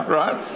right